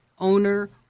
owner